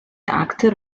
actor